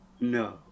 No